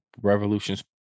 Revolutions